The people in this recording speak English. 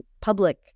public